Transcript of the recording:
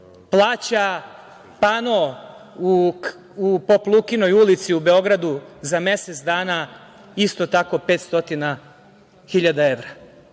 Plaća pano u Pop Lukinoj ulici u Beogradu za mesec dana isto tako 500.000 evra. Mi